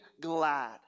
glad